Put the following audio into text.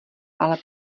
ale